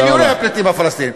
מיליוני הפליטים הפלסטינים.